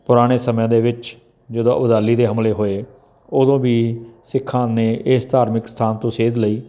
ਪੁਰਾਣੇ ਸਮਿਆਂ ਦੇ ਵਿੱਚ ਜਦੋਂ ਅਬਦਾਲੀ ਦੇ ਹਮਲੇ ਹੋਏ ਉਦੋਂ ਵੀ ਸਿੱਖਾਂ ਨੇ ਇਸ ਧਾਰਮਿਕ ਅਸਥਾਨ ਤੋਂ ਸੇਧ ਲਈ